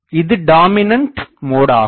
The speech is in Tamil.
இது டாமினண்ட் மோட் ஆகும்